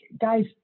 Guys